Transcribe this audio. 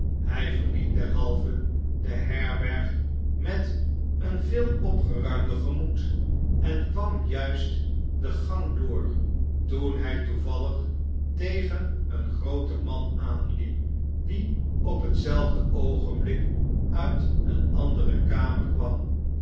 hij verliet derhalve de herberg met een veel opgeruimder gemoed en kwam juist de gang door toen hij toevallig tegen een grooten man aanliep die op hetzelfde oogenblik uit een andere kamer kwam